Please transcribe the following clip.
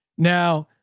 now,